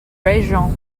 région